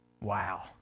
wow